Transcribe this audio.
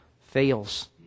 fails